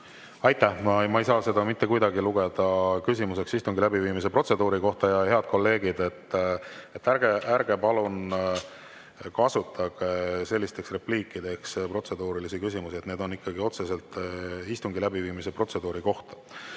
Aitäh! Ma ei saa seda mitte kuidagi lugeda küsimuseks istungi läbiviimise protseduuri kohta. Head kolleegid, ärge palun kasutage sellisteks repliikideks protseduurilisi küsimusi. Need on ikkagi otseselt istungi läbiviimise protseduuri kohta.